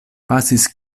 pasis